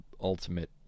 ultimate